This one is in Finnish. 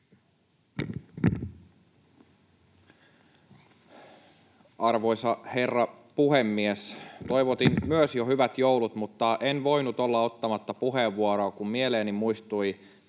Arvoisa herra puhemies! Toivotin myös jo hyvät joulut, mutta en voinut olla ottamatta puheenvuoroa, kun mieleeni muistui